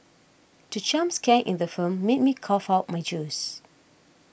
the jump scare in the film made me cough out my juice